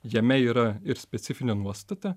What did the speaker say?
jame yra ir specifinė nuostata